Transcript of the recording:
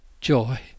joy